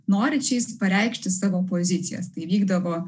norinčiais pareikšti savo pozicijas tai vykdavo